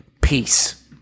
Peace